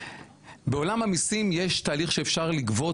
בעולם המיסים יש תהליך שאפשר לגבות